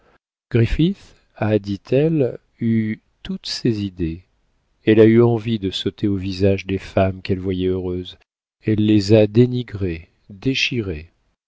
a dit-elle eu toutes ces idées elle a eu envie de sauter au visage des femmes qu'elle voyait heureuses elle les a dénigrées déchirées